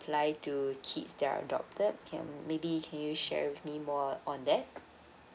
apply to kids that are adopted can maybe can you share with me more on that